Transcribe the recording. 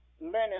learning